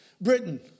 britain